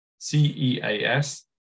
CEAS